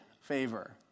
favor